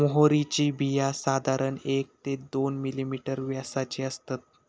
म्होवरीची बिया साधारण एक ते दोन मिलिमीटर व्यासाची असतत